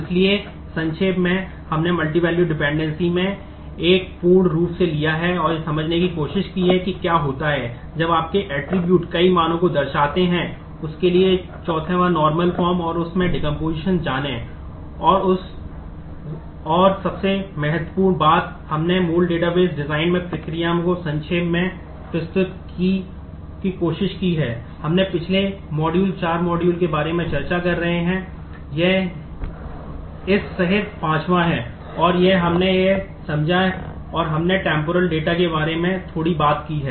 इसलिए संक्षेप में हमने मल्टीवैल्यूड डिपेंडेंसीस के बारे में थोड़ी बात की है